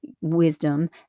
wisdom